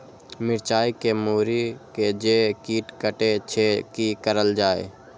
मिरचाय के मुरी के जे कीट कटे छे की करल जाय?